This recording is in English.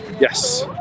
Yes